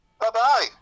Bye-bye